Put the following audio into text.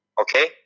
Okay